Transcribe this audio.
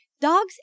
dogs